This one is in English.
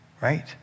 Right